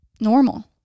normal